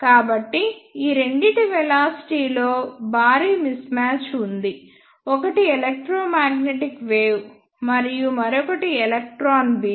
కాబట్టి ఈ రెండింటి వెలాసిటీ లో భారీ మిస్మాచ్చ్ ఉంది ఒకటి ఎలెక్ట్రోమాగ్నెటిక్ వేవ్ మరియు మరొకటి ఎలక్ట్రాన్ బీమ్